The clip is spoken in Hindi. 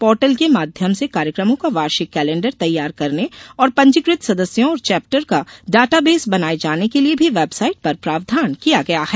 पोर्टल के माध्यम से कार्यक्रमों का वार्षिक कैलेंडर तैयार करने और पंजीकृत सदस्यों और चेप्टर का डाटाबेस बनाये जाने के लिये भी बेवसाइट पर प्रावधान किया गया है